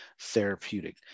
therapeutic